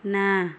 ନା